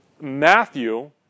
matthew